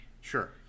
Sure